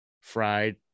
fried